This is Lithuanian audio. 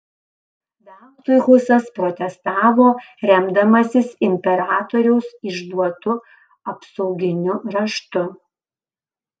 veltui husas protestavo remdamasis imperatoriaus išduotu apsauginiu raštu